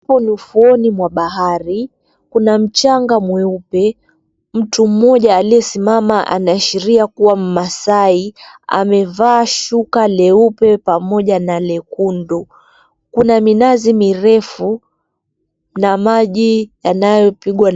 Huu ni ufuoni mwa bahari, kuna mchanga mweupe, mtu mmoja aliyesimama anayeashiria kua mmasai amevaa shuka leupe pamoja na lekundu. Kuna minazi mirefu na maji yanayopigwa na ...